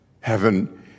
heaven